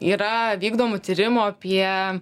yra vykdomų tyrimų apie